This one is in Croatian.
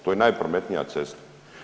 To je najprometnija cesta.